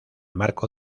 marco